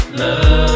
love